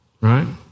Right